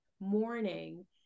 morning